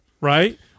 right